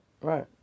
right